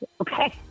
okay